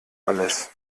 alles